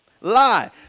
Lie